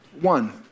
one